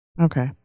okay